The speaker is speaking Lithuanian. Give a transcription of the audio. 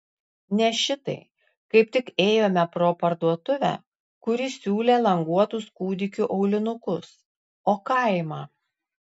ne šitai kaip tik ėjome pro parduotuvę kuri siūlė languotus kūdikių aulinukus o kaimą